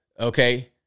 Okay